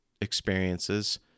experiences